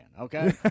okay